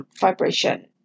vibration